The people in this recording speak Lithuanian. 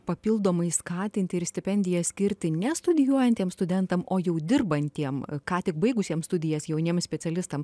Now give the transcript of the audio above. papildomai skatinti ir stipendiją skirti ne studijuojantiem studentam o jau dirbantiems ką tik baigusiems studijas jauniem specialistam